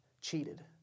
cheated